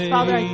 Father